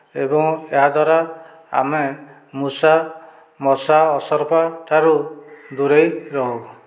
ଏବଂ ଏହାଦ୍ୱାରା ଆମେ ମୂଷା ମଶା ଅସରପା ଠାରୁ ଦୂରେଇ ରହୁ